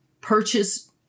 purchase